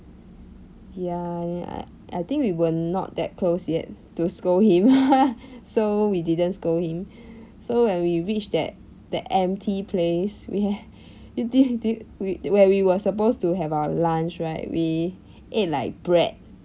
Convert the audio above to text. ya then I I think we were not that close yet to scold him so we didn't scold him so when we reached that that empty place we ha~ do y~ do you we where we were supposed to have our lunch right we ate like bread